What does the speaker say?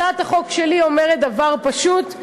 הצעת החוק שלי אומרת דבר פשוט: